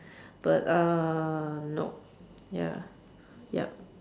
but uh nope ya ya